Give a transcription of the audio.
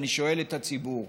אני שואל את הציבור: